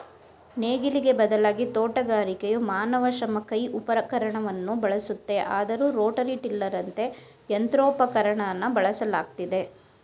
ನೇಗಿಲಿಗೆ ಬದಲಾಗಿ ತೋಟಗಾರಿಕೆಯು ಮಾನವ ಶ್ರಮ ಕೈ ಉಪಕರಣವನ್ನು ಬಳಸುತ್ತೆ ಆದರೂ ರೋಟರಿ ಟಿಲ್ಲರಂತ ಯಂತ್ರೋಪಕರಣನ ಬಳಸಲಾಗ್ತಿದೆ